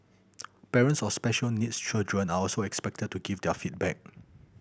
parents of special needs children are also expected to give their feedback